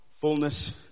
Fullness